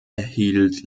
erhielt